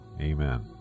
Amen